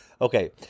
Okay